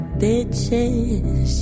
bitches